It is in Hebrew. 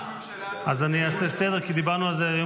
אז אני אעשה סדר, כי היום דיברנו על זה עם